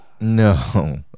No